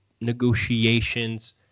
negotiations